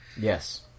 Yes